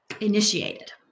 initiated